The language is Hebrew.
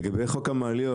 לגבי חוק המעלית,